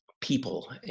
people